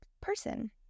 person